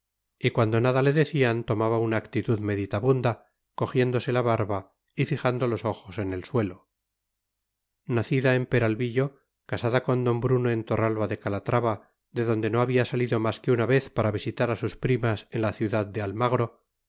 y cuando nada le decían tomaba una actitud meditabunda cogiéndose la barba y fijando los ojos en el suelo nacida en peralvillo casada con d bruno en torralba de calatrava de donde no había salido más que una vez para visitar a sus primas en la ciudad de almagro